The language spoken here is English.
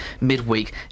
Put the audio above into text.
midweek